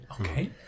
Okay